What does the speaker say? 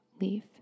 leaf